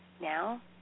Now